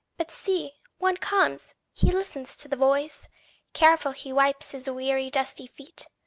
but see, one comes he listens to the voice careful he wipes his weary dusty feet!